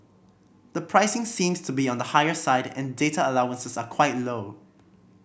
the pricing seems to be on the higher side and data allowances are quite low